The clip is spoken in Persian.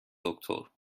دکتر